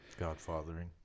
Godfathering